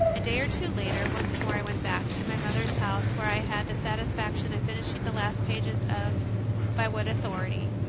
a day or two later, once more i went back to my mother s house, where i had the satisfaction of finishing the last pages of by what authority?